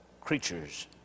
creatures